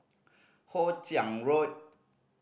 Hoe Chiang Road